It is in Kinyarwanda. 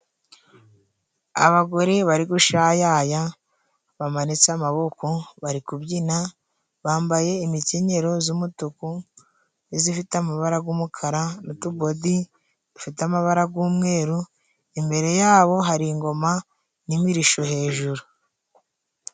Abagore bari gushayaya bamanitse amaboko bari kubyina bambaye imikenyero z'umutuku n'izifite amabara g'umukara n'utubodi dufite amabara g'umweru, imbere yabo hari ingoma n'imirishyo hejuru.